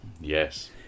Yes